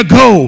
go